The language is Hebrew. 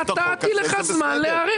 נתתי לך זמן להיערך.